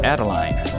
Adeline